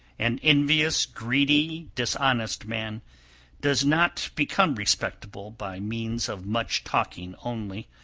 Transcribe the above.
an envious greedy, dishonest man does not become respectable by means of much talking only,